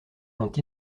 ont